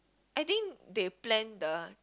I think they plan the